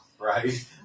right